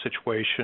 situation